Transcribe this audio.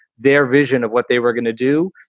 their vision of what they were going to do.